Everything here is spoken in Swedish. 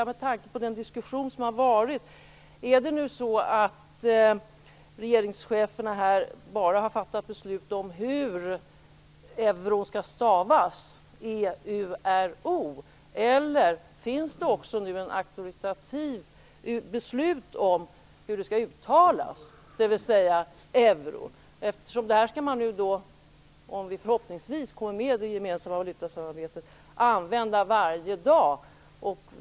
Med tanke på den diskussion som har varit skulle jag vilja fråga om regeringscheferna bara har fattat beslut om hur euro skall stavas, eller finns det också nu ett auktoritativt beslut om hur det skall uttalas? När vi förhoppningsvis kommer med i det gemensamma valutasamarbetet skall vi använda ordet varje dag.